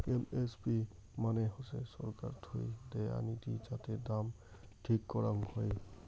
MSP মানে হসে ছরকার থুই দেয়া নীতি যাতে দাম ঠিক করং হই